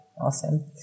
awesome